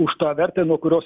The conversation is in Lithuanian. už tą vertę nuo kurios